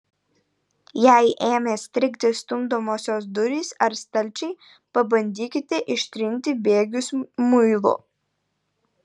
jei ėmė strigti stumdomosios durys ar stalčiai pabandykite ištrinti bėgius muilu